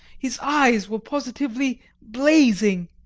his eyes were positively blazing.